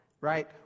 Right